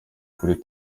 kuri